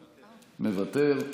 מוותר,